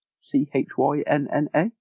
C-H-Y-N-N-A